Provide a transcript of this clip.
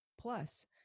Plus